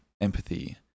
empathy